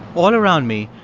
all around me,